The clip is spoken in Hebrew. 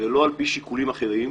ולא על פי שיקולים אחרים.